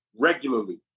regularly